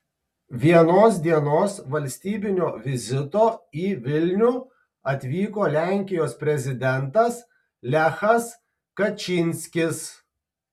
vienos dienos valstybinio vizito į vilnių atvyko lenkijos prezidentas lechas kačynskis